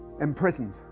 imprisoned